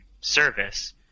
service